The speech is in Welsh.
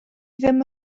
ddim